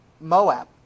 Moab